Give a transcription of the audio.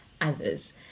others